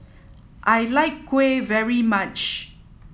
I like kuih very much